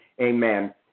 amen